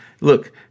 look